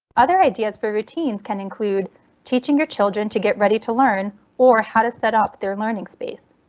other ideas for routines can include teaching your children to get ready to learn or how to set up their learning space.